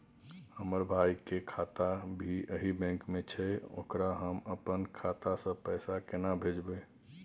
हमर भाई के खाता भी यही बैंक में छै ओकरा हम अपन खाता से पैसा केना भेजबै?